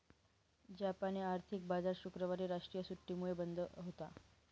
जापानी आर्थिक बाजार शुक्रवारी राष्ट्रीय सुट्टीमुळे बंद होता